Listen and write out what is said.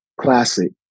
classic